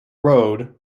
road